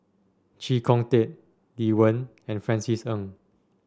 Chee Kong Tet Lee Wen and Francis Ng